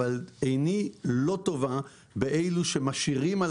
אבל עיני לא טובה באלה שמשאירים על